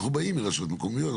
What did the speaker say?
אנחנו באים מרשויות מקומיות,